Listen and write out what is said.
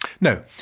No